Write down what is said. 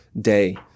day